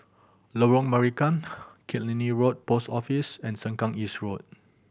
Lorong Marican Killiney Road Post Office and Sengkang East Road